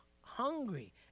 hungry